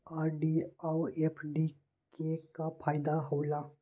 RD और FD के का फायदा हौला?